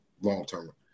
long-term